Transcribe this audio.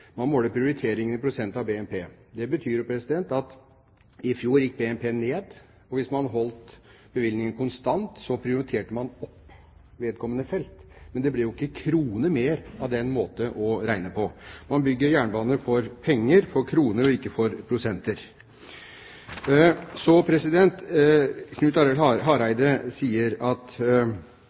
man måler prioriteringene i prosent av BNP. I fjor gikk BNP ned, og det betyr at hvis man holdt bevilgningen konstant, prioriterte man opp vedkommende felt. Men det ble jo ikke én krone mer av den måten å regne på. Man bygger jernbane for penger – for kroner – og ikke for prosenter. Knut Arild Hareide sier at